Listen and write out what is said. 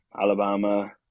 Alabama